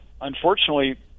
unfortunately